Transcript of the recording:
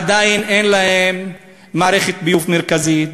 עדיין אין להם מערכת ביוב מרכזית,